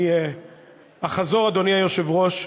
אני אחזור, אדוני היושב-ראש,